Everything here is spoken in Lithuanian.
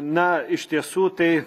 na iš tiesų tai